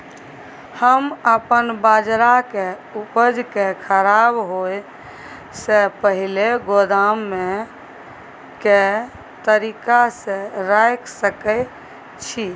हम अपन बाजरा के उपज के खराब होय से पहिले गोदाम में के तरीका से रैख सके छी?